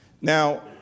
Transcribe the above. Now